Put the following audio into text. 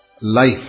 life